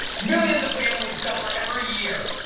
millions of families suffer every year!